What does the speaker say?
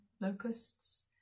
locusts